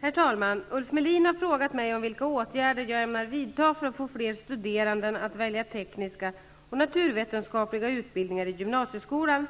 Herr talman! Ulf Melin har frågat mig vilka åtgärder jag ämnar vidta för att få fler studerande att välja tekniska och naturvetenskapliga utbildningar i gymnasieskolan.